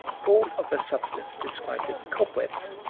fall of a substance described as cobwebs,